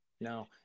No